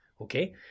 Okay